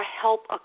help